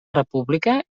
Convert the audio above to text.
república